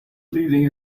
leading